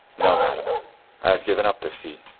no, madam i have given up the sea.